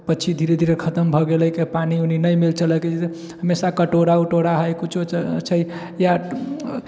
पक्षी धीरे धीरे खतम भऽ गेलै हमेशा कटोरा उटोरा हइ कुछो छै या